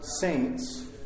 saints